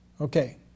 Okay